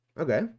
Okay